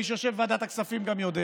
וגם מי שיושב בוועדת הכספים יודע: